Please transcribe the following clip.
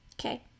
Okay